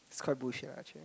is quite bullshit lah actually